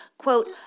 quote